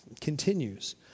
continues